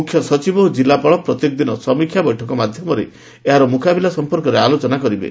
ମୁଖ୍ୟସଚିବ ଓ ଜିଲ୍ଲାପାଳ ପ୍ରତ୍ୟେକଦିନ ସମୀକ୍ଷା ବୈଠକ ମାଧ୍ଧମରେ ଏହାର ମୁକାବିଲା ସଂପର୍କରେ ଆଲୋଚନା କରିବେ